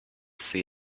see